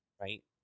right